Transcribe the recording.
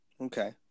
Okay